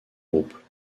groupe